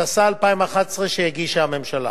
התשע"א 2011, שהגישה הממשלה.